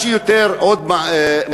מה שעוד יותר מרגיז,